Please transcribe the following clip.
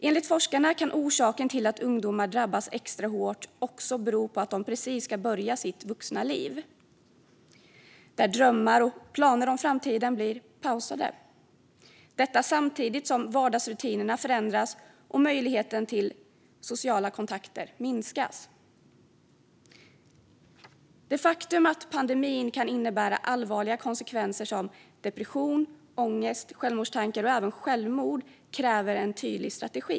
Enligt forskarna kan orsaken till att ungdomar drabbas extra hårt också vara att de precis ska börja sitt vuxna liv. Deras drömmar och planer inför framtiden blir pausade, samtidigt som vardagsrutinerna förändras och möjligheten till sociala kontakter minskas. Det faktum att pandemin kan få allvarliga konsekvenser som depression, ångest, självmordstankar och även självmord kräver en tydlig strategi.